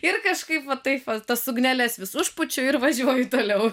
ir kažkaip va taip va tas ugneles visų užpūčiau ir važiuoju toliau